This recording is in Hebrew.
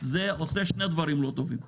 זה יוצר שני דברים לא טובים.